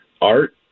art